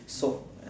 so